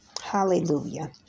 Hallelujah